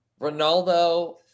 Ronaldo